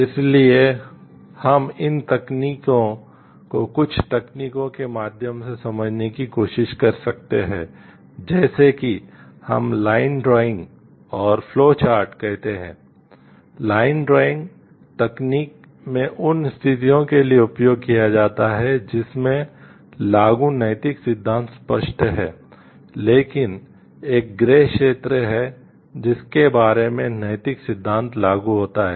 इसलिए हम इन तकनीकों को कुछ तकनीकों के माध्यम से समझने की कोशिश कर सकते हैं जैसे कि हम लाइन ड्राइंग तकनीक में उन स्थितियों के लिए उपयोग किया जाता है जिसमें लागू नैतिक सिद्धांत स्पष्ट हैं लेकिन एक ग्रे क्षेत्र है जिसके बारे में नैतिक सिद्धांत लागू होता है